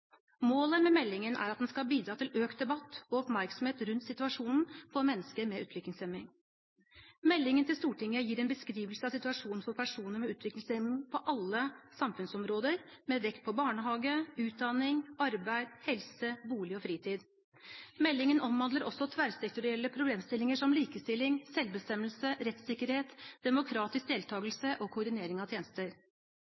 Målet med meldingen er at den skal bidra til økt debatt og oppmerksomhet rundt situasjonen for mennesker med utviklingshemming. Meldingen til Stortinget gir en beskrivelse av situasjonen for personer med utviklingshemming på ulike samfunnsområder, med vekt på barnehage, utdanning, arbeid, helse, bolig og